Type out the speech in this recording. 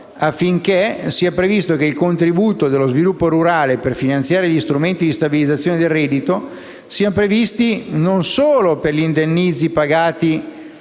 affinché sia previsto che il contributo dello sviluppo rurale per finanziare gli strumenti di stabilizzazione del reddito non solo riguardi gli indennizzi pagati